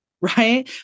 right